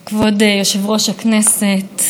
אני שמחה לראות שהאופוזיציה התייצבה,